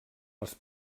les